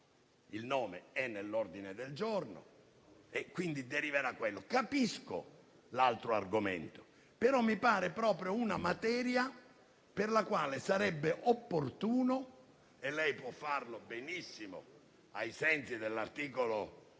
il nome è nell'ordine del giorno, quindi deriverà quello. Capisco l'altro argomento, però mi sembra proprio una materia per la quale sarebbe opportuno, come lei può fare benissimo ai sensi dell'articolo 18